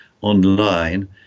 online